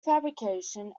fabrication